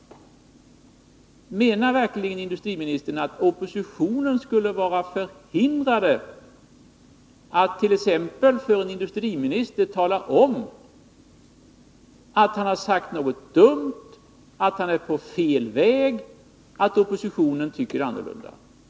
Menar verkligen industriministern att oppositionen skulle vara förhindrad att t.ex. tala om för en industriminister att han har sagt något dumt, att han är på fel väg, att oppositionen tycker annorlunda?